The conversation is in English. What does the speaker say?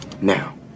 now